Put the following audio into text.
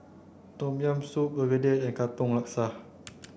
tom yam soup Begedil and Katong Laksa